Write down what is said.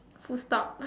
full stop